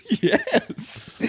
yes